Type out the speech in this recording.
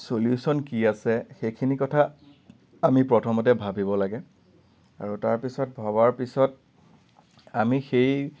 solution কি আছে সেইখিনি কথা আমি প্ৰথমতে ভাবিব লাগে আৰু তাৰ পিছত ভবাৰ পিছত আমি সেই